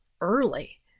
early